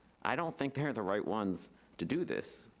i don't think they're the right ones to do this.